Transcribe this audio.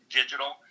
digital